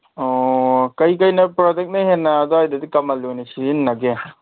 ꯑꯣ ꯀꯩꯀꯩ ꯄ꯭ꯔꯗꯛꯅ ꯍꯦꯟꯅ ꯑꯗꯨꯋꯥꯏꯗꯗꯤ ꯀꯃꯜ ꯑꯣꯏꯅ ꯁꯤꯖꯤꯟꯅꯒꯦ